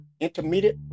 intermediate